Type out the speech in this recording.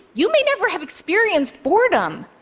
you may never have experienced boredom.